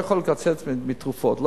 לא יכול לקצץ מתרופות,